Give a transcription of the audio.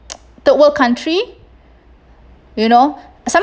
third world country you know sometime